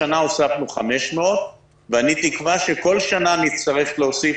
השנה הוספנו 500 ואני תקווה שבכל שנה נצטרך להוסיף